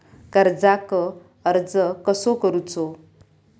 कर्जाक अर्ज कसो करूचो?